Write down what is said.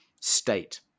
state